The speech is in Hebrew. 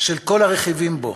של כל הרכיבים בו?